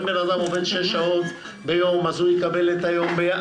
אם אדם עובד 6 שעות ביום, הוא יקבל את היום שלו.